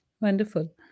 Wonderful